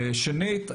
שנית,